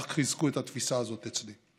רק חיזקו את התפיסה הזאת אצלי.